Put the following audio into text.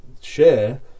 share